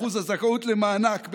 אחוז הזכאות למענק,